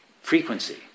frequency